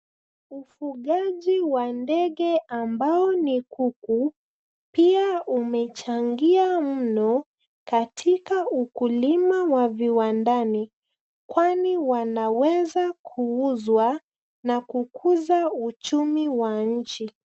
Ufugaji wa ndege ambao ni kuku pia umechangia mno katika ukulima wa viwandani kwani wanaweza kuuzwa na kukuza uchumi wa nchi.